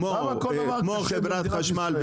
כמו כל היתר כשמישהו רוצה --- מה מקצר?